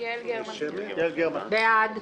במקומה יעל גרמן, בעד.